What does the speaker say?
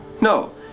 No